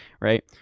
Right